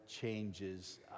changes